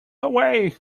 away